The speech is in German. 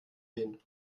gehen